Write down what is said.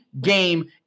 game